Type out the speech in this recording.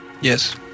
yes